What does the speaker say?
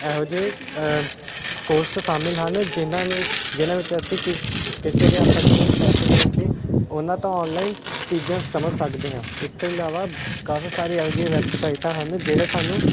ਇਹੋ ਜਿਹੇ ਕੋਰਸ ਸ਼ਾਮਿਲ ਹਨ ਜਿਨਾਂ ਨੂੰ ਜਿਨਾਂ ਵਿੱਚ ਅਸੀਂ ਕਿਸੇ ਅਧਿਆਪਕ ਨੂੰ ਪੈਸੇ ਦੇ ਕੇ ਉਹਨਾਂ ਤੋਂ ਆਨਲਾਈਨ ਚੀਜ਼ਾਂ ਸਮਝ ਸਕਦੇ ਆਂ ਇਸ ਤੋਂ ਇਲਾਵਾ ਕਾਫੀ ਸਾਰੇ ਇਹੋ ਜਿਹੀਆਂ ਵੈੱਬਸਾਈਟਾਂ ਹਨ ਜਿਹੜੇ ਸਾਨੂੰ